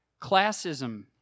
classism